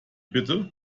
bitte